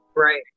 Right